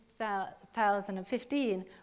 2015